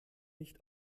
nicht